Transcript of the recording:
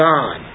God